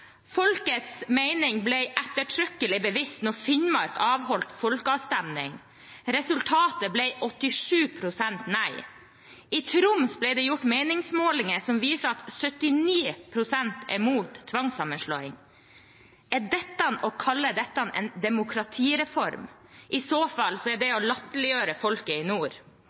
Folkets mening ble ettertrykkelig bevist da Finnmark avholdt folkeavstemning. Resultatet ble 87 pst. nei. I Troms ble det gjort meningsmålinger som viser at 79 pst. er mot tvangssammenslåing. Kan en kalle dette for en demokratireform? I så fall er det å latterliggjøre folket i nord.